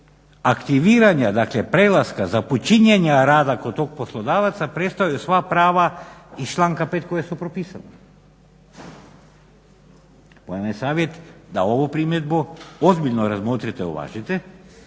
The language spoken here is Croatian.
aktiviranja, dakle prelaska započinjanja rada kod tog poslodavca prestaju sva prava iz članka 5. koja su propisana. Moj vam je savjet da ovu primjedbu ozbiljno razmotrite, uvažite